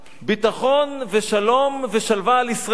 ביטחון ושלום ושלווה על ישראל,